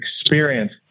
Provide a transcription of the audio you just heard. experience